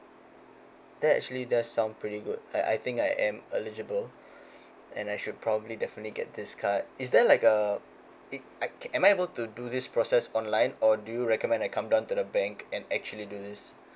that actually that sound pretty good I I think I am eligible and I should probably definitely get this card is there like a I can am I able to do this process online or do you recommend I come down to the bank and actually do this